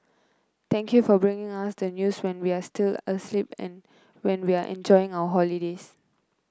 thank you for bringing us the news when we are still asleep and when we are enjoying our holidays